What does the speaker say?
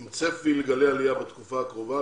עם צפי לגלי עלייה בתקופה הקרובה,